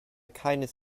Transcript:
keines